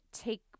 take